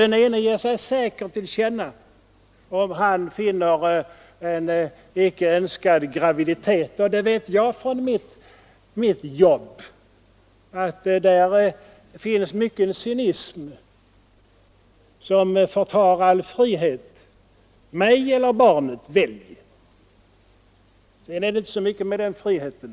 Den ena ger sig säkert till känna, om han finner en inte önskad graviditet. Jag vet från mitt arbete att mycken cynism förekommer som förtar all frihet. Mig eller barnet — välj! Sedan är det inte mycket bevänt med den friheten.